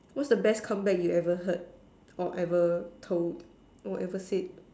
what's the best comeback you ever hear or ever told or ever said